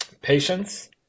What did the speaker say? patience